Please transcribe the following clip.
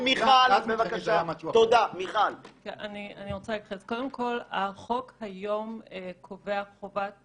--- קודם כל, החוק היום קובע חובת